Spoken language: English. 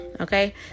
Okay